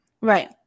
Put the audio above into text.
Right